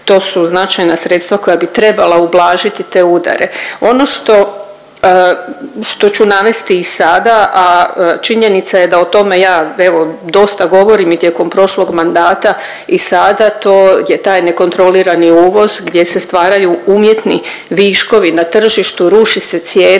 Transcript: to su značajna sredstva koja bi trebala ublažiti te udare. Ono što ću navesti i sada, a činjenica je da o tome ja, evo, dosta govorim i tijekom prošlog mandata i sada, to je taj nekontrolirani uvoz gdje se stvaraju umjetni viškovi na tržištu, ruši se cijena,